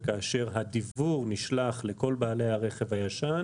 וכאשר הדיוור נשלח לכל בעלי הרכב הישן,